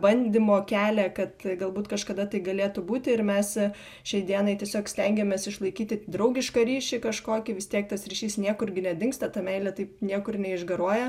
bandymo kelią kad galbūt kažkada tai galėtų būti ir mes šiai dienai tiesiog stengiamės išlaikyti draugišką ryšį kažkokį vis tiek tas ryšys niekur gi nedingsta ta meilė taip niekur neišgaruoja